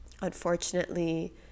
unfortunately